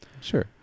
Sure